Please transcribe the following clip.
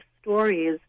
stories